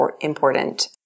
important